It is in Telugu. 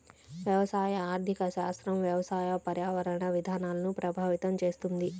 వ్యవసాయ ఆర్థిక శాస్త్రం వ్యవసాయ, పర్యావరణ విధానాలను ప్రభావితం చేస్తుంది